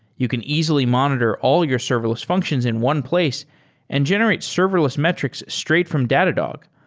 you can easily monitor all your serverless functions in one place and generate serverless metrics straight from datadog.